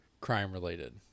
crime-related